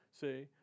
See